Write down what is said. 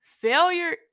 Failure